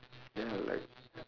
ya like